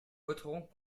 voterons